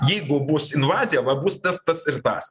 jeigu bus invazija va bus tas tas ir tas